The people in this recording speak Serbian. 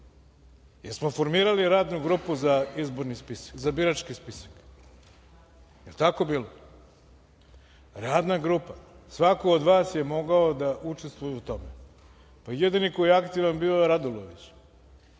Jesmo formirali radnu grupu za birački spisak. Jel tako bilo? Radna grupa i svako od vas je mogao da učestvuje u tome. Jedini koji je aktivan bio je Radulović.